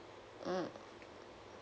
mm